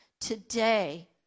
today